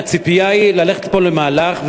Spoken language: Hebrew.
הציפייה היא ללכת פה למהלך,